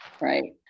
right